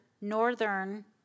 northern